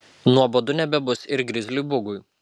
nuobodu nebebus ir grizliui bugui